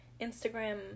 Instagram